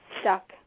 stuck